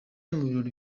birori